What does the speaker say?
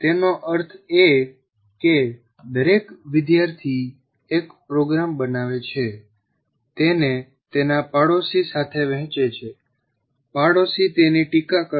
તેનો અર્થ એ કે દરેક વિદ્યાર્થી એક પ્રોગ્રામ બનાવે છે તેને તેના પાડોશી સાથે વહેચે છે પાડોશી તેની ટીકા કરશે